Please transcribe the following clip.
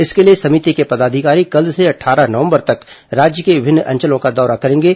इसके लिए समिति के पदाधिकारी कल से अट्ठारह नवम्बर तक राज्य के विभिन्न अंचलों का दौरा करेंगे